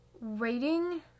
waiting